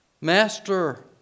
Master